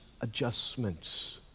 adjustments